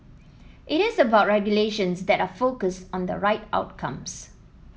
it is about regulations that are focused on the right outcomes